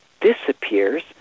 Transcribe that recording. disappears